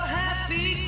happy